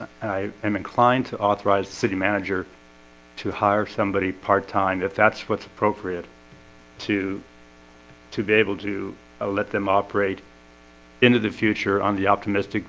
i am inclined to authorize the city manager to hire somebody part-time if that's what's appropriate to to be able to let them operate into the future on the optimistic